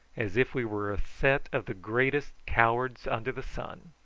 as if we were a set of the greatest cowards under the sun.